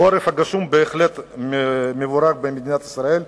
החורף הגשום באמת מבורך במדינת ישראל.